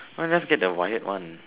why not just get the wired one